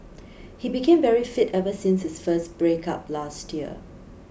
he became very fit ever since his first break up last year